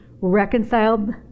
reconciled